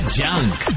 junk